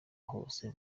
hose